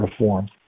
reform